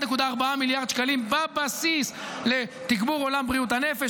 1.4 מיליארד שקלים בבסיס לתגבור עולם בריאות הנפש,